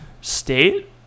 state